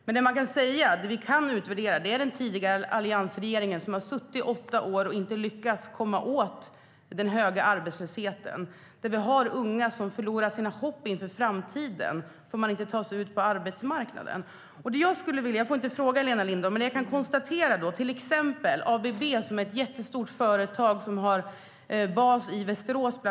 Men det vi kan utvärdera är den tidigare alliansregeringen som satt i åtta år utan att lyckas komma åt den höga arbetslösheten. Vi har unga som har förlorat sitt framtidshopp eftersom de inte kommer ut på arbetsmarknaden. ABB är ett jättestort företag med bas i bland annat Västerås.